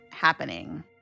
happening